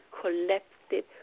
collective